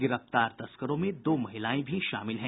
गिरफ्तार तस्करों में दो महिलाएं भी शामिल हैं